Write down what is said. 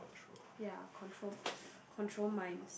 ya control control minds